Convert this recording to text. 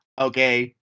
Okay